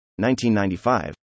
1995